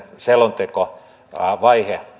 selontekovaihe